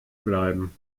bleiben